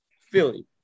Philly